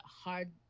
hard